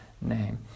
name